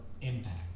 impact